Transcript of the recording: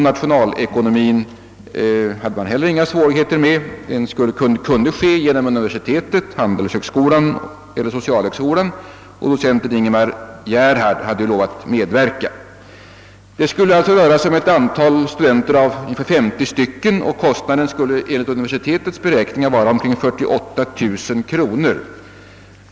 Nationalekonomien hade man heller inga svårigheter med — den kunde ske genom universitetet, handelshögskolan eller socialhögskolan, och docenten Ingemar Gerhard hade lovat medverka i undervisningen och examinationen vårterminen 1967. Det skulle röra sig om cirka femtio studenter, och kostnaderna skulle enligt universitetets beräkningar bli omkring 48 000 kronor.